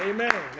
Amen